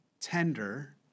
tender